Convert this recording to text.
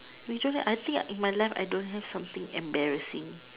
usually I think in my life I don't have something embarrassing